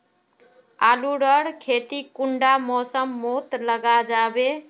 आलूर खेती कुंडा मौसम मोत लगा जाबे?